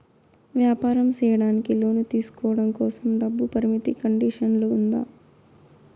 వ్యాపారం సేయడానికి లోను తీసుకోవడం కోసం, డబ్బు పరిమితి కండిషన్లు ఉందా?